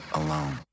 alone